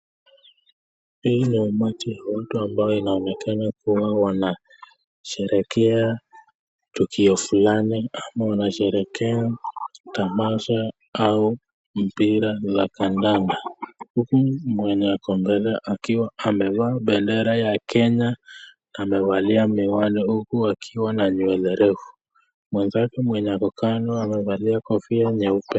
Hii ni umati wa watu ambayo inaonekana kuwa wanasherehekea tukio fulani ama wanasherehekea tamasha au mpira za kandanda. Huku mwenye ako mbele akiwa amevaa bendera ya Kenya amevalia miwani huku akiwa na nywele refu, mwenzake mwenye ako kando amevalia kofia nyeupe.